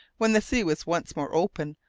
when the sea was once more open,